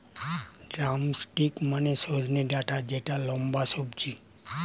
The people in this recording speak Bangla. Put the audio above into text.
ড্রামস্টিক মানে সজনে ডাটা যেটা লম্বা সবজি